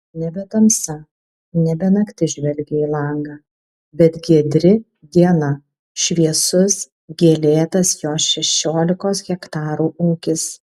nebe tamsa nebe naktis žvelgė į langą bet giedri diena šviesus gėlėtas jo šešiolikos hektarų ūkis